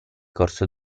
corso